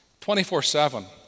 24-7